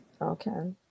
Okay